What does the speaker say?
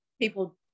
people